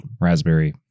raspberry